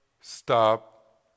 stop